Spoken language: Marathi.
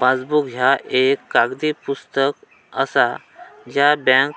पासबुक ह्या एक कागदी पुस्तक असा ज्या बँक